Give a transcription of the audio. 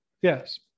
Yes